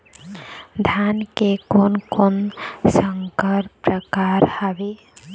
धान के कोन कोन संकर परकार हावे?